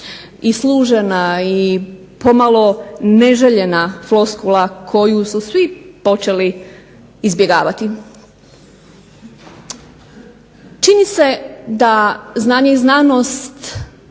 je jedna pomalo neželjena floskula koju su svi počeli izbjegavati. Čini se da znanje i znanost